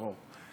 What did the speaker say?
ברור.